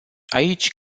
aici